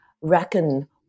reckon